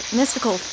mystical